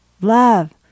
love